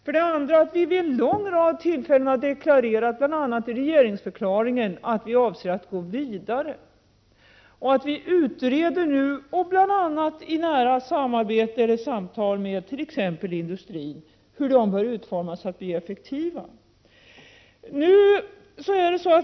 För det andra har vi vid en lång rad tillfällen deklarerat, bl.a. i regeringsförklaringen, att vi avser att gå vidare. Vi utreder nu, bl.a. i samtal med industrin, hur åtgärderna bör utformas så att de blir effektiva.